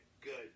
Good